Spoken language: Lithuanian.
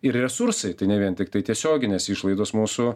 ir resursai tai ne vien tiktai tiesioginės išlaidos mūsų